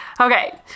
Okay